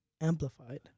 amplified